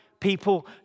People